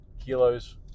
kilos